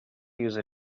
use